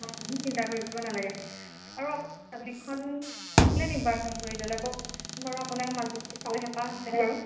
নাই আপুনি চিন্তা কৰিব নালাগে আৰু আপুনি মাজুলীখন কেলেই নিৰ্বাচন কৰি ল'লে কওকচোন বাৰু আপোনাৰ মাজুলী চাবলৈ হেঁপাহ আছেনে বাৰু